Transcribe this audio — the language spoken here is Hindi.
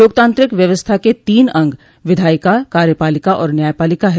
लोकतांत्रिक व्यवस्था के तीन अंग विधायिका कार्यपालिका और न्यायपालिका है